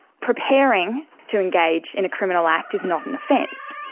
preparing to engage in a criminal act is not an offence.